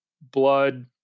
blood